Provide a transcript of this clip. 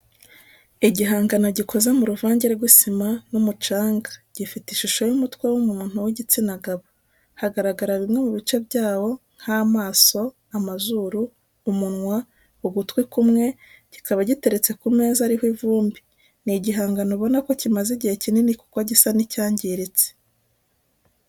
Igihangano gikoze mu ruvange rw'isima n'umucanga gifite ishusho y'umutwe w'umuntu w'igitsina gabo hagaragara bimwe mu bice byawo nk'amaso amazuru, umunwa ugutwi kumwe kikaba giteretse ku meza ariho ivumbi ni igihangano ubona ko kimaze igihe kinini kuko gisa n'icyangiritse.